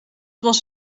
was